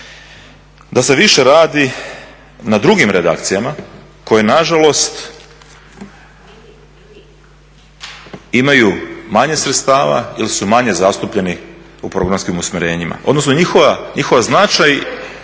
da se više radi na drugim redakcijama koje nažalost imaju manje sredstava ili su manje zastupljeni u programskim usmjerenjima. Odnosno njihov značaj